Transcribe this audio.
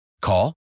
Call